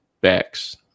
backs